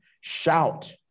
Shout